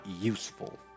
useful